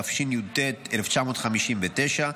התשי"ט 1959,